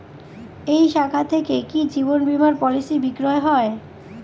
এই শাখা থেকে কি জীবন বীমার পলিসি বিক্রয় হয়?